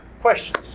questions